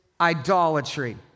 idolatry